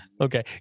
okay